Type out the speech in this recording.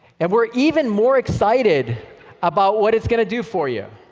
and we're even more excited about what it's going to do for you.